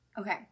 Okay